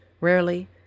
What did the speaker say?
rarely